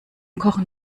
kochen